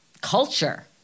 culture